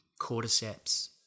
cordyceps